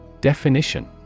Definition